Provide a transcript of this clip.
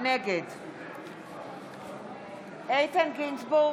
נגד איתן גינזבורג,